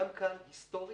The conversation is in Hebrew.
גם כאן, היסטורית,